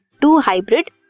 two-hybrid